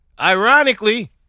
Ironically